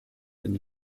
den